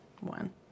one